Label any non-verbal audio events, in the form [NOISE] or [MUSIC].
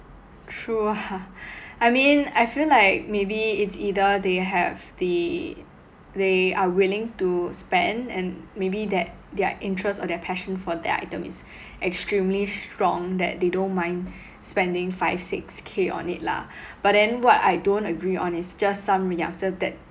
true ah [LAUGHS] I mean I feel like maybe it's either they have the they are willing to spend and maybe that their interest or their passion for that item is extremely strong that they don't mind spending five six K on it lah but then what I don't agree on is just some youngster that